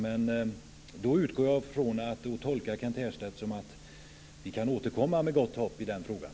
Men då tolkar jag Kent Härstedt som att vi kan återkomma med gott hopp i den frågan.